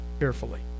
carefully